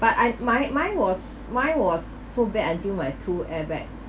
but I my mine was mine was so bad until my two airbags